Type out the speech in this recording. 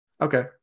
Okay